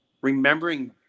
remembering